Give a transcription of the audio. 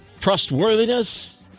trustworthiness